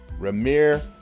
Ramir